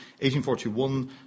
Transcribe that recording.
1841